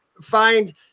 find